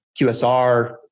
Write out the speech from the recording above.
QSR